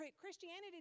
Christianity